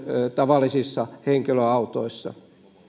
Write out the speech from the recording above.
tavallisissa henkilöautoissa ja